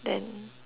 then